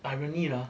irony lah